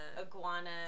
Iguana